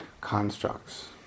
constructs